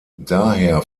daher